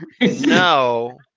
no